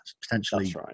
potentially